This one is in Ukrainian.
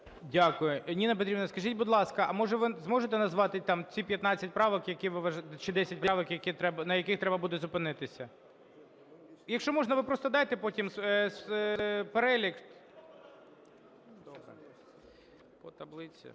Дякую. Ніна Петрівна, скажіть, будь ласка, а, може, зможете назвати там ці 15 правок, чи 10 правок, на яких треба буде зупинитися.? Якщо можна, ви просто дайте потім перелік. 46-а,